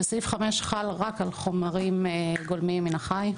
שסעיף 5 חל רק על חומרים גולמיים מן החי.